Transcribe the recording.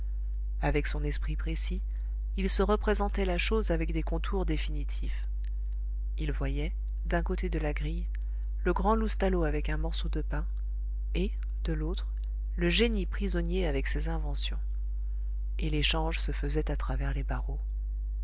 avec son esprit précis il se représentait la chose avec des contours définitifs il voyait d'un côté de la grille le grand loustalot avec un morceau de pain et de l'autre le génie prisonnier avec ses inventions et l'échange se faisait à travers les barreaux